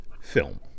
film